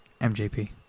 MJP